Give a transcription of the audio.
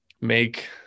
make